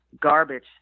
garbage